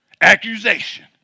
accusation